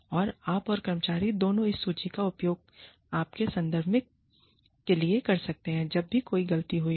तो आप और कर्मचारी दोनों इस सूची का उपयोग आपके संदर्भ के लिए कर सकते हैं जब भी कोई गलती हुई हो